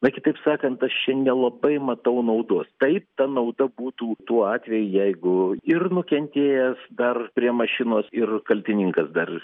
na kitaip sakant aš čia nelabai matau naudos taip ta nauda būtų tuo atveju jeigu ir nukentėjęs dar prie mašinos ir kaltininkas dar